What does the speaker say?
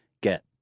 get